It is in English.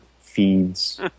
feeds